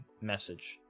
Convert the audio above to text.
message